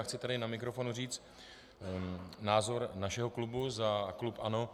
Chci tady na mikrofon říct názor našeho klubu, za klub ANO.